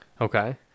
Okay